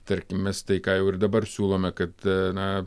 tarkim mes tai ką jau ir dabar siūlome kad na